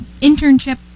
internship